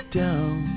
down